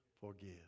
Forgive